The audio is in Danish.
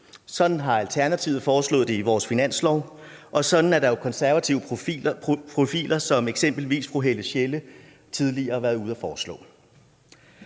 Sådan har vi i Alternativet foreslået det i vores finanslov, og sådan er der jo konservative profiler som eksempelvis fru Helle Sjelle, som tidligere har været ude at foreslå.